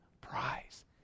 prize